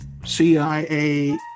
CIA